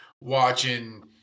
watching